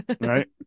Right